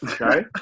Okay